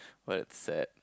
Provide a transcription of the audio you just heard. well that's sad